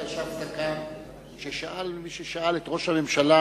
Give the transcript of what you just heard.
אתה ישבת כאן כששאל מי ששאל את ראש הממשלה,